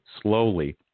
slowly